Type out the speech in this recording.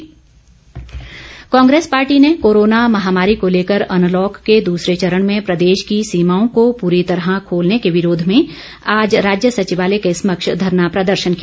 Congress Congress party ने corona महामारी को लेकर अनलॉक के दूसरे चरण में प्रदेश की सीमाओं को पूरी तरह खोलने के विरोध में आज राज्य सचिवालय के समक्ष धरना प्रदर्शन किया